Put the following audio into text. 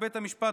ובית המשפט,